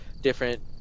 different